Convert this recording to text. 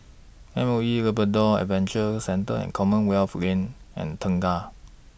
M O E Labrador Adventure Centre and Commonwealth Lane and Tengah